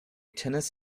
tennis